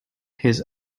his